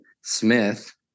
Smith